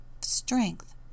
strength